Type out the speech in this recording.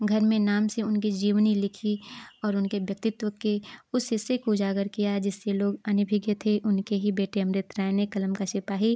घर में नाम से उनकी जीवनी लिखी और उनकी व्यक्तित्व के उस हिस्से को उजागर किया जिससे लोग अनभिज्ञ थे उनके ही बेटे अमृतराय ने कलम का सिपाही